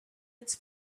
its